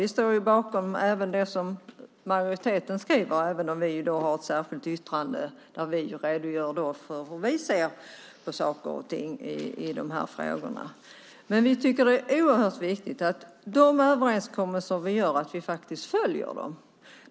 Vi står bakom även det som majoriteten skriver, även om vi har ett särskilt yttrande där vi redogör för hur vi ser på saker och ting i de här frågorna. Men vi tycker att det är oerhört viktigt att vi följer de överenskommelser som vi gör.